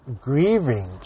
grieving